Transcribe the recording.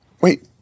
Wait